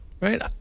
Right